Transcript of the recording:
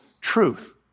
truth